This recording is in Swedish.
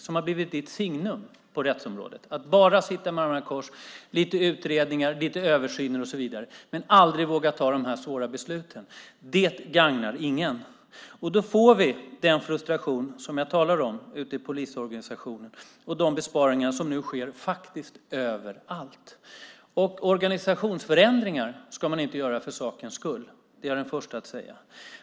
Det har blivit ditt signum på rättsområdet. Ni sitter bara med armarna i kors och gör lite utredningar, lite översyner och så vidare. Men ni vågar aldrig fatta de svåra besluten. Det gagnar ingen. Då får vi den frustration som jag talar om ute i polisorganisationen och de besparingar som nu sker överallt. Man ska inte göra organisationsförändringar för sakens skull; det är jag den första att säga.